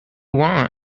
want